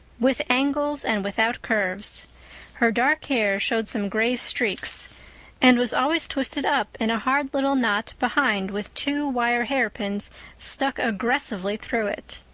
with angles and without curves her dark hair showed some gray streaks and was always twisted up in a hard little knot behind with two wire hairpins stuck aggressively through it.